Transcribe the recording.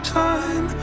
time